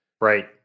Right